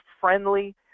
friendly